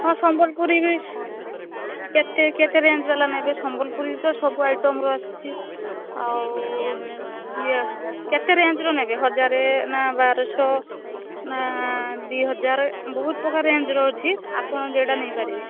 ହଁ ସମ୍ବଲପୁରୀ ବି କେତେ କେତେ ରେଞ୍ଜ୍ ବାଲା ନେବେ ସମ୍ବଲପୂରୀ ତ ସବୁ ଆଇଟମ୍ ର ଆସିଛି ଆଉ ଇଏ କେତେ ରେଞ୍ଜ୍ ରେ ନେବେ ହଜାରେ ନା ବାରଶହ ନା ଦୁଇହଜାର ବହୁତ ପ୍ରକାର ରେଞ୍ଜ୍ ର ଅଛି ଆପଣ ଯୋଉଟା ନେଇପାରିବେ